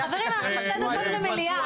חברים אנחנו שתי דקות ממליאה,